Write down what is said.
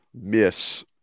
miss